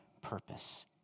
purpose